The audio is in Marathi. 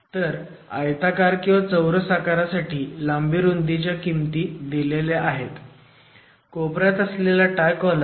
तर आयताकार किंवा चौरस आकारासाठी लांबी रुंदीच्या किमती दिलेल्या आहेत कोपऱ्यात असलेला टाय कॉलम